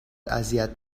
اذیت